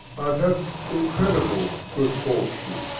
i've had incredible good fortune,